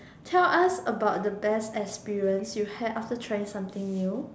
tell us about the best experience you had after trying something new